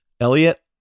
elliot